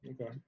Okay